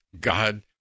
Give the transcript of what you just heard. God